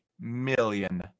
million